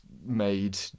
made